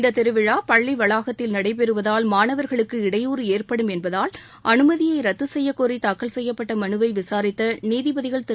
இந்த திருவிழா பள்ளி வளாகத்தில் நடைபெறுவதால் மாணவர்களுக்கு இடையூறு ஏற்படும் என்பதால் அனுமதியை ரத்து செய்யக்கோரி தாக்கல் செய்யப்பட்ட மனுவை விசாரித்த நீதிபதிகள் திரு